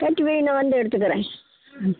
கட்டி வை நான் வந்து எடுத்துக்கிறேன் ம்